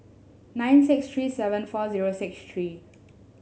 nine six three seven four zero six three